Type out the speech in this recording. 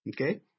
Okay